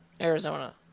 Arizona